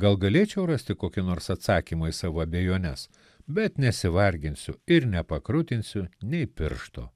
gal gali rasti kokį nors atsakymą į savo abejones bet nesivarginsiu ir nepakrutinsiu nei piršto